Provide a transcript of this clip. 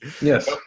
Yes